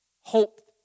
hope